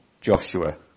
Joshua